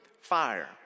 fire